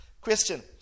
Question